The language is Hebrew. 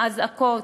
האזעקות,